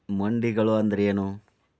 ಮಂಡಿಗಳು ಅಂದ್ರೇನು?